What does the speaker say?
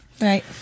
Right